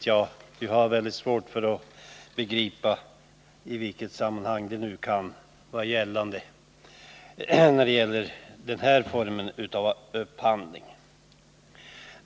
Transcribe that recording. Jag har väldigt svårt att begripa på vilket sätt sådana kan åberopas när det gäller denna form av upphandling.